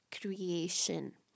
creation